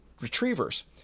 Retrievers